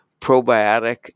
Probiotic